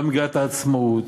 גם במגילת העצמאות,